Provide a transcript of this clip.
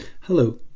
Hello